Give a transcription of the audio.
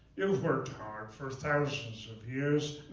you've worked hard for thousands of years.